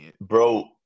Bro